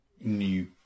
new